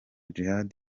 djihad